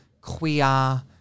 queer